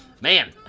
man